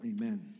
Amen